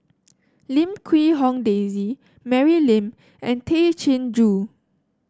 Lim Quee Hong Daisy Mary Lim and Tay Chin Joo